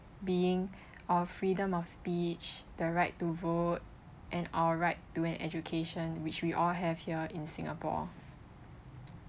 being of freedom of speech the right to vote and our right to an education which we all have here in singapore